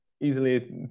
easily